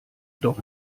doch